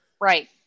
Right